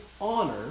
honor